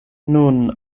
nun